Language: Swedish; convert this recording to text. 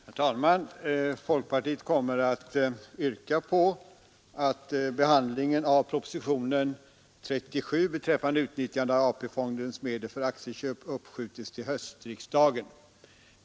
Herr talman! Folkpartiet kommer att yrka på att behandlingen av propositionen 97 beträffande utnyttjande av AP-fondens medel för aktieköp uppskjutes till höstriksdagen.